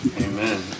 Amen